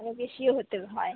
আরো বেশিও হতে হয়